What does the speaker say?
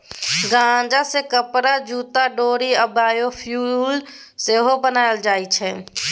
गांजा सँ कपरा, जुत्ता, डोरि आ बायोफ्युल सेहो बनाएल जाइ छै